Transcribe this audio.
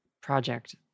project